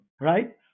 right